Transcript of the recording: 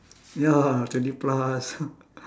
ya twenty plus